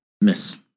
Miss